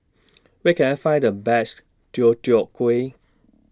Where Can I Find The Best Deodeok Gui